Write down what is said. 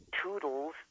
Toodles